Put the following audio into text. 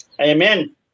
Amen